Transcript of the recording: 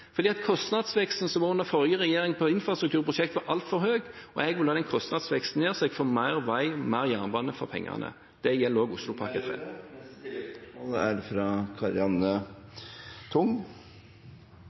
Kostnadsveksten for infrastrukturprosjekter under forrige regjering var altfor høy, og jeg vil ha den kostnadsveksten ned, så jeg får mer vei og mer jernbane for pengene. Karianne O. Tung – til oppfølgingsspørsmål. Det er